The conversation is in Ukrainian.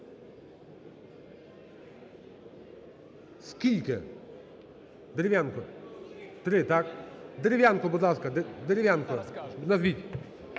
Скільки? Дерев'янко? Три, так? Дерев'янко, будь ласка. Дерев'янко, назвіть.